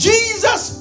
Jesus